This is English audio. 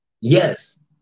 Yes